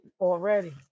Already